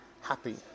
happy